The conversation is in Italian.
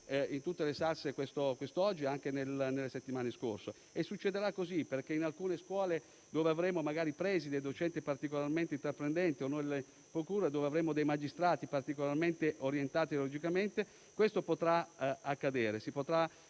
in tutte le salse quest'oggi e anche nelle settimane scorse. E succederà così, perché in alcune scuole, dove avremo magari presidi e docenti particolarmente intraprendenti, o nelle procure, dove avremo dei magistrati particolarmente orientati ideologicamente, questo potrà accadere: si potrà